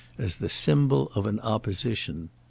as the symbol of an opposition.